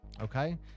okay